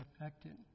affected